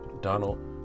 Donald